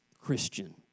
Christian